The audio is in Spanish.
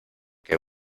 que